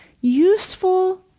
Useful